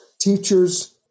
teachers